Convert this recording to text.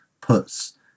puts